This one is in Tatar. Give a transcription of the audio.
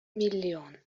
миллион